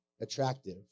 attractive